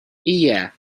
iya